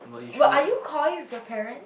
but are you coy with your parent